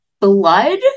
blood